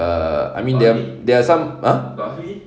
err I mean there there are some !huh!